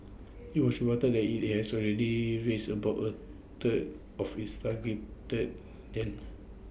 IT was reported that IT has already raised about A third of its target that then